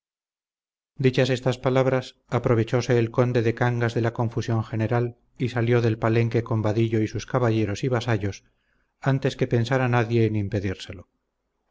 dichas estas palabras aprovechóse el conde de cangas de la confusión general y salió del palenque con vadillo y sus caballeros y vasallos antes que pensara nadie en impedírselo